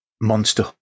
monster